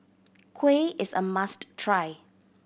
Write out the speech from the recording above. kuih is a must try